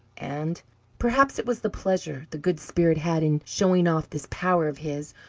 and perhaps it was the pleasure the good spirit had in showing off this power of his,